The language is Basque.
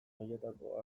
horietako